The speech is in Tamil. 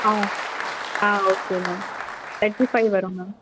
ஆ ஓகே ஆ ஓகே மேம் தேர்ட்டி ஃபை வரும் மேம்